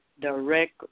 direct